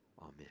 Amen